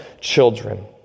children